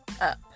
up